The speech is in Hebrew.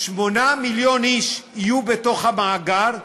8 מיליון איש יהיו בתוך המאגר,